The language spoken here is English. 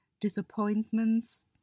disappointments